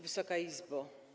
Wysoka Izbo!